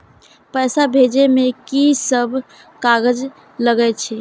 पैसा भेजे में की सब कागज लगे छै?